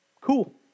cool